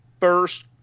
first